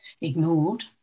ignored